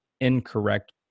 incorrect